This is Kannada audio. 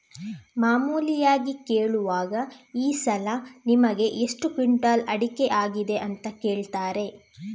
ಮಾಮೂಲಿಯಾಗಿ ಕೇಳುವಾಗ ಈ ಸಲ ನಿಮಿಗೆ ಎಷ್ಟು ಕ್ವಿಂಟಾಲ್ ಅಡಿಕೆ ಆಗಿದೆ ಅಂತ ಕೇಳ್ತಾರೆ